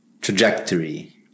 trajectory